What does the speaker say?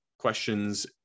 questions